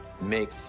Make